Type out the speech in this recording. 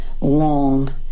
long